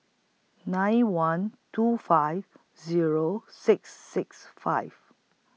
nine one two five Zero six six five